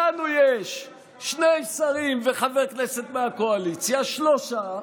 לנו יש שרים וחבר כנסת מהקואליציה, שלושה,